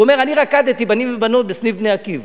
הוא אומר: אני רקדתי בנים ובנות בסניף "בני עקיבא",